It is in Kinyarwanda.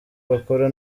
bakora